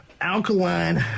Alkaline